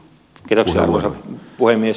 arvoisa puhemies